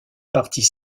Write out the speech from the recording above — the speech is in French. partis